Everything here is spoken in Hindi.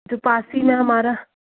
जो पास ही में हमारा